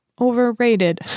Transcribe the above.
Overrated